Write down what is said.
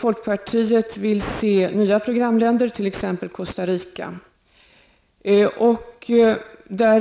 Folkpartiet vill se nya programländer, t.ex. Costa Rica.